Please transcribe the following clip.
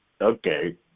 Okay